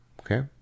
okay